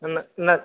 என்ன என்ன